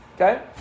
Okay